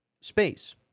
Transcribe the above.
space